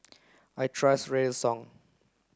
I trust Redoxon